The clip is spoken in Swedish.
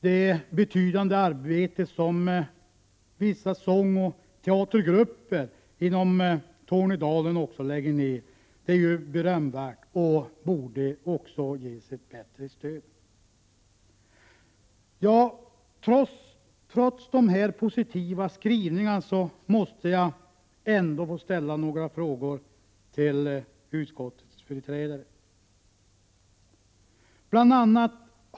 Det betydande arbete som vissa sångoch teatergrupper inom Tornedalen lägger ned är berömvärt och borde ges ett bättre stöd. Jag måste ställa några frågor till utskottets företrädare.